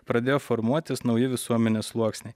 pradėjo formuotis nauji visuomenės sluoksniai